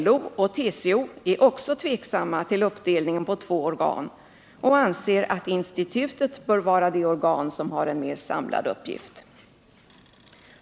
LO och TCO är också tveksamma till uppdelningen på två organ och anser att institutet bör vara det organ som har en mer samlad uppgift.